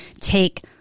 take